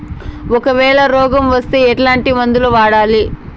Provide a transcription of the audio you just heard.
ఒకవేల రోగం వస్తే ఎట్లాంటి మందులు వాడాలి?